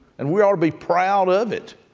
and we ought to be proud of it,